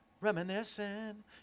reminiscing